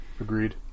Agreed